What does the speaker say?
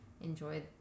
enjoy